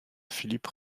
philippe